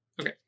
Okay